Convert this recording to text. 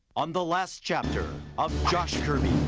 on the last chapter of josh kirby,